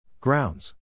Grounds